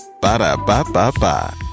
Ba-da-ba-ba-ba